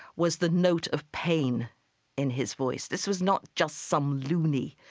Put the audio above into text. was the note of pain in his voice. this was not just some loony.